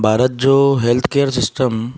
भारत जो health care system